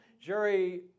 Jerry